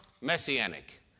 Messianic